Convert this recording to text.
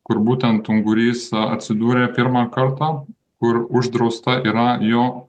kur būtent ungurys atsidūrė pirmą kartą kur uždrausta yra jo